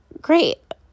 Great